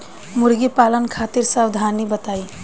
मुर्गी पालन खातिर सावधानी बताई?